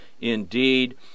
indeed